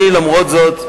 אני, למרות זאת,